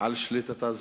על שליטתה זו.